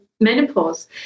menopause